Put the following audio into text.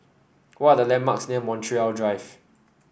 what are the landmarks near Montreal Drive